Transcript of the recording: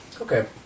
Okay